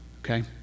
okay